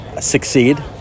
succeed